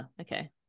okay